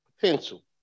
potential